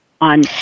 on